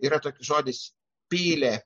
yra toks žodis pylė